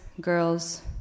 girls